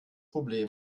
problem